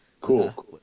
Cool